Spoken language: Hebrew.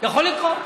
יכול לקרות.